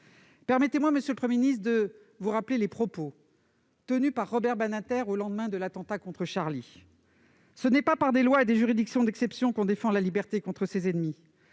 Permettez-moi de vous rappeler les propos tenus par Robert Badinter, au lendemain de l'attentat contre :« Ce n'est pas par des lois et des juridictions d'exception qu'on défend la liberté contre ses ennemis.